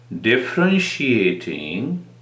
Differentiating